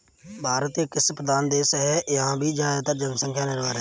भारत एक कृषि प्रधान देश है यहाँ की ज़्यादातर जनसंख्या निर्भर है